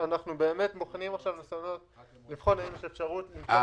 אנחנו באמת בוחנים עכשיו לבחון האם יש אפשרות למצוא מקורות חלופיים.